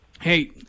Hey